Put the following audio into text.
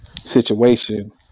situation